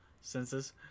senses